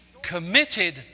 committed